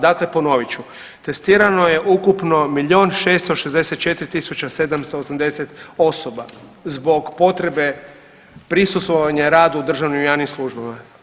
Dakle, ponovit ću testirano je ukupno milion 664 tisuća 780 osoba zbog potrebe prisustvovanja radu u državnim i javnim službama.